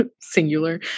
Singular